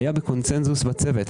זה היה בקונצנזוס בצוות,